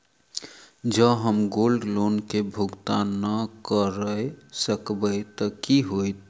जँ हम gold loan केँ भुगतान न करऽ सकबै तऽ की होत?